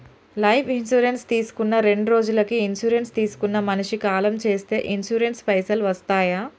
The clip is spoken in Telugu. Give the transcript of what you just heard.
లైఫ్ ఇన్సూరెన్స్ తీసుకున్న రెండ్రోజులకి ఇన్సూరెన్స్ తీసుకున్న మనిషి కాలం చేస్తే ఇన్సూరెన్స్ పైసల్ వస్తయా?